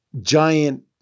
giant